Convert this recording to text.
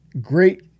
Great